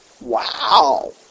Wow